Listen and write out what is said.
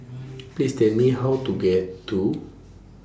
Please Tell Me How to get to